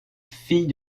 fille